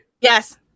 yes